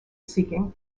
seeking